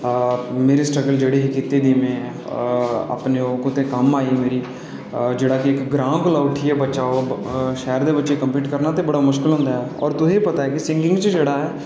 मेरी स्ट्रगल जेह्ड़ी ही कीती दी मे अपने ओह् कुदै कम्म आई जेह्ड़ा कि इक ग्राँऽ कोला उट्ठियै बच्चा शैह्र दे बच्चें नै कॉम्पीट करना बड़ा मुश्किल हुंदा ओर तुसें गी पता ऐ सिंगगिंग च जेह्ड़ा